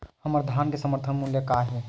हमर धान के समर्थन मूल्य का हे?